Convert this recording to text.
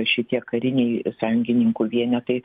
šitie kariniai sąjungininkų vienetai